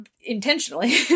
intentionally